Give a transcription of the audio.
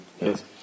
Yes